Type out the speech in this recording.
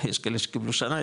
יש כאלה שקיבלו שנה,